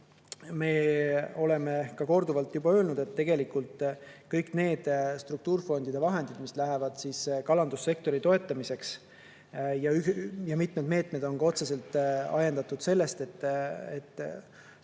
Me oleme korduvalt juba öelnud, et tegelikult kõik need struktuurifondide vahendid, mis lähevad kalandussektori toetamiseks … Mitu meedet on ka otseselt ajendatud sellest, et kalavaru